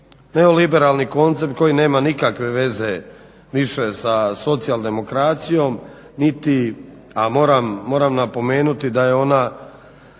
neoliberalni koncept koji nema nikakve veze više sa socijaldemokracijom niti a moram napomenuti da je ona